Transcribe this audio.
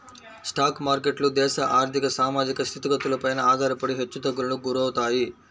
stock మార్కెట్లు దేశ ఆర్ధిక, సామాజిక స్థితిగతులపైన ఆధారపడి హెచ్చుతగ్గులకు గురవుతాయి